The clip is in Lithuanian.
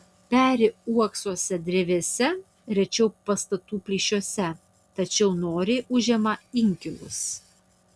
peri uoksuose drevėse rečiau pastatų plyšiuose tačiau noriai užima inkilus